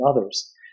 others